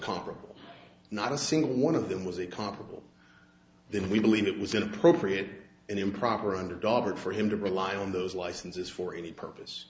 comparable not a single one of them was a comparable then we believe it was inappropriate and improper under guard for him to rely on those licenses for any purpose